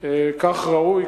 כך ראוי,